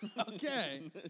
Okay